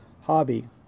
Hobby